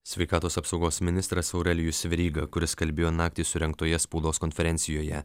sveikatos apsaugos ministras aurelijus veryga kuris kalbėjo naktį surengtoje spaudos konferencijoje